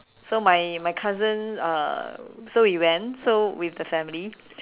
so my my cousin uh so we went so with the family